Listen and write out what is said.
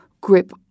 grip